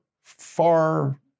far